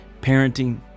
Parenting